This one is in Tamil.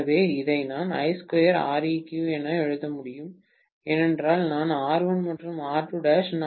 எனவே இதை நான் என எழுத வேண்டும் ஏனென்றால் நான் R1 மற்றும் R2'